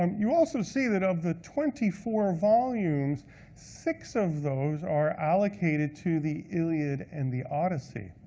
um you also see that of the twenty four volumes six of those are allocated to the iliad and the odyssey.